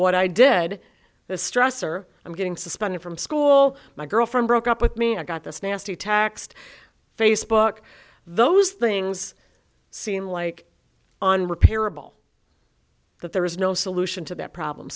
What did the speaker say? what i did this stress or i'm getting suspended from school my girlfriend broke up with me i got this nasty taxed facebook those things seem like on repairable that there is no solution to that problem